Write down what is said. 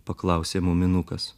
paklausė muminukas